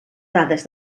dades